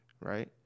right